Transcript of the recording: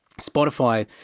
Spotify